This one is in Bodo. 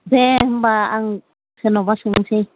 दे होमबा आं सोरनावबा सोंसै